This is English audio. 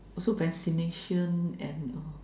also vaccination and uh